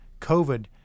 covid